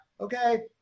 Okay